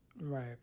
Right